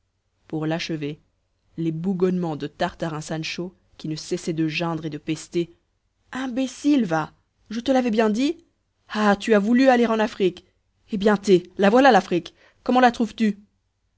pour l'achever les bougonnements de tartarin sancho qui ne cessait de geindre et de pester imbécile va je te l'avais bien dit ah tu as voulu aller en afrique eh bien té la voilà l'afrique comment la trouves-tu